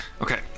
Okay